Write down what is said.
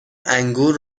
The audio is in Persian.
انگور